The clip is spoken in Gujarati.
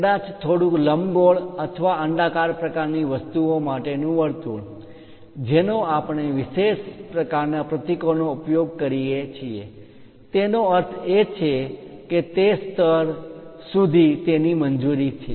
કદાચ થોડું લંબગોળ અથવા અંડાકાર પ્રકારની વસ્તુઓ માટેનું વર્તુળ જેનો આપણે વિશેષ પ્રકારના પ્રતીકો નો ઉપયોગ કરીએ છીએ તેનો અર્થ એ કે તે સ્તર સુધી તેની મંજૂરી છે